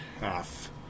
half